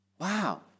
Wow